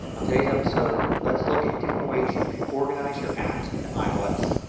on today's episode let's look at different ways you can organize your apps in ios.